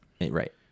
right